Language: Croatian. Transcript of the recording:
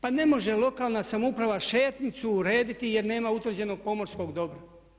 Pa ne može lokalna samouprava šetnicu urediti jer nema utvrđenog pomorskog dobra.